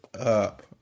up